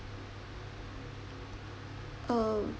uh